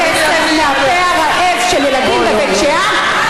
גם אם ניאלץ לקחת את הכסף מהפה הרעב של ילדים בבית שאן,